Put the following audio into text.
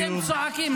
על מה אתם צועקים?